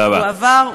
הוא עבר,